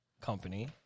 company